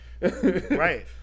Right